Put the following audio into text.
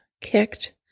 kicked